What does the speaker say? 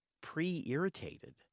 pre-irritated